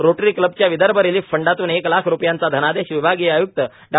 rotary क्लबच्या Vidarbha relief फंडातून एक लाख रुपयांचा धनादेश विभागीय आय्क्त डॉ